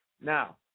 Now